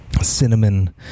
cinnamon